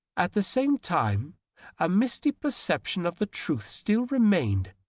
at the same time a misty perception of the truth still remained,